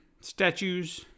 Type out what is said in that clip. statues